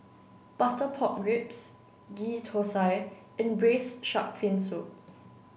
Butter Pork Ribs Ghee Thosai and Braised Shark Fin Soup